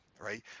Right